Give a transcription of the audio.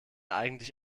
eigentlich